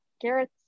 Garrett